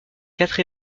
quatre